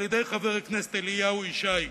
על-ידי חבר הכנסת אליהו ישי,